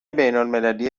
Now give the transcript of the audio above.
بینالمللی